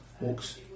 walks